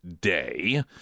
day